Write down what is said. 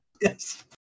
Yes